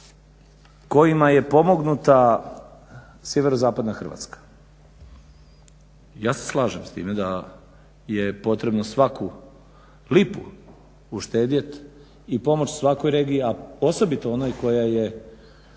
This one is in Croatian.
kojima je pomognuta sjeverozapadna Hrvatska. Ja se slažem s time da je potrebno svaku lipu uštedjet i pomoći svakoj regiji a osobito onoj koja je